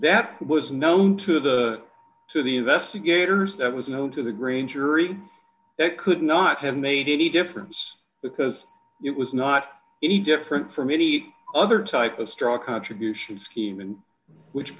that was known to the to the investigators that was known to the green jury it could not have made any difference because it was not each different from any other type of struck contribution scheme and which